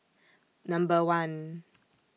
Number one